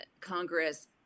Congress